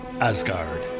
asgard